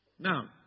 Now